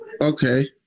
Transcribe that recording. okay